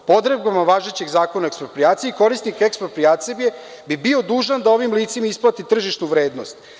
Odredbama važećeg Zakona o eksproprijaciji korisnik eksproprijacije bi bio dužan da ovim licima isplati tržišnu vrednost.